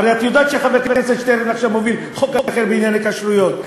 הרי את יודעת שחבר הכנסת שטרן מוביל עכשיו חוק אחר בענייני כשרויות,